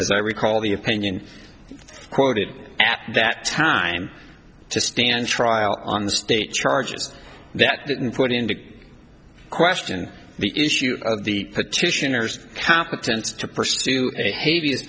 as i recall the opinion quoted at that time to stand trial on the state charges that didn't put in big question the issue of the petitioners competence to pursue a ha